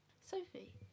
Sophie